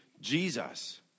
Jesus